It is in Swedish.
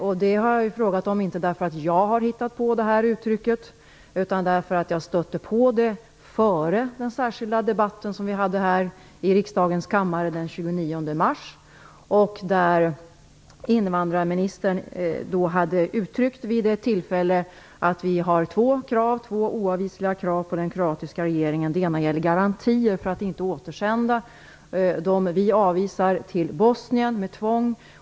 Jag har inte ställt frågan därför att jag skulle ha hittat på det uttrycket. Jag stötte på det före den särskilda debatt vi hade här i riksdagens kammare den 29 mars. Invandrarministern uttryckte vid ett tillfälle att vi har två oavvisliga krav på den kroatiska regeringen. Det ena avser garantier för att inte de personer vi avvisar återsänds till Bosnien med tvång.